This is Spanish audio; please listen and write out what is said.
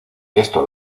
esto